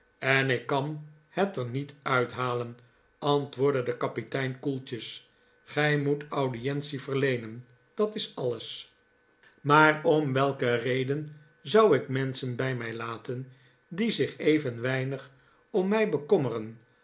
en ik kan het er niet uithalen antwoordde de kapitein koeltjes gij moet audientie verleenen dat is alles maar om welke reden zou ik menschen bij mij laten die zich even weinig om mij bekommeren